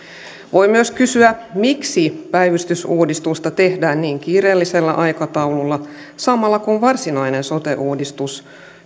voi myös kysyä miksi päivystysuudistusta tehdään niin kiireellisellä aikataululla samalla kun varsinainen sote uudistus